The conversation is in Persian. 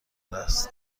است